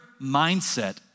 mindset